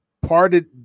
parted